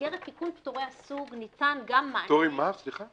ובמסגרת תיקוני פטורי הסוג ניתן גם מענה --- מה זה?